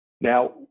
Now